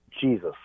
Jesus